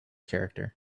character